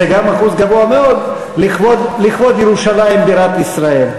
זה גם אחוז גבוה מאוד, לכבוד ירושלים בירת ישראל.